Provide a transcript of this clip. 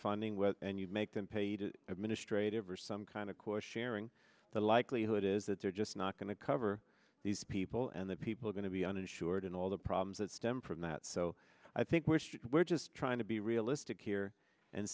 funding and you make them paid administrative or some kind of course sharing the likelihood is that they're just not going to cover these people and the people are going to be uninsured and all the problems that stem from that so i think which we're just trying to be realistic here and